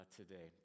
today